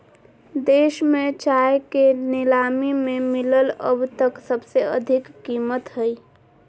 देश में चाय के नीलामी में मिलल अब तक सबसे अधिक कीमत हई